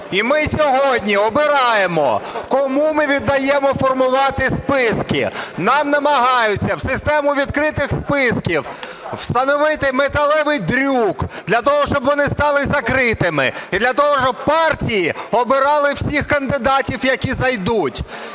і ми сьогодні обираємо, кому ми віддаємо формувати списки. Нам намагаються у систему відкритих списків встановити металевий дрюк для того, щоб вони стали закритими, і для того, щоб партії обирали всіх кандидатів, які зайдуть.